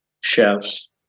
chefs